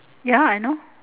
ya I know